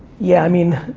yeah, i mean,